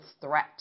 threat